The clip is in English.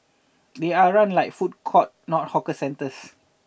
they are run like food courts not hawker centres